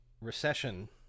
recession